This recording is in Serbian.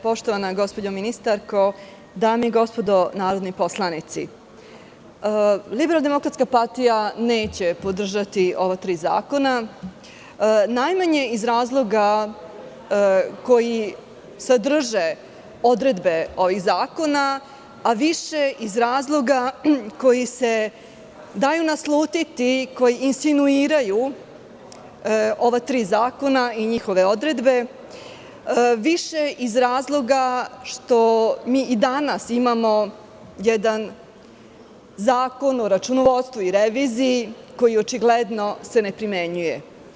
Poštovana gospođo ministarko, dame i gospodo narodni poslanici, LDP neće podržati ova tri zakona najmanje iz razloga koji sadrže odredbe ovih zakona, a više iz razloga koji se daju naslutiti, koji insinuiraju ova tri zakona i njihove odredbe, a više iz razloga što i danas imamo jedan Zakon o računovodstvu i reviziji koji se očigledno ne primenjuje.